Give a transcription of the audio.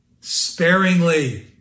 Sparingly